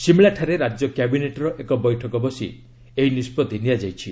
ସିମ୍ଳାଠାରେ ରାଜ୍ୟ କ୍ୟାବିନେଟ୍ର ଏକ ବୈଠକ ବସି ଏହି ନିଷ୍ପଭି ନିଆଯାଇଛି